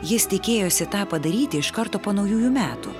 jis tikėjosi tą padaryti iš karto po naujųjų metų